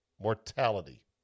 mortality